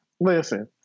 listen